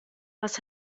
was